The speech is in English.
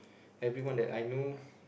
everyone that I know